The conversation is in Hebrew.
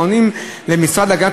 מגובה בסיכום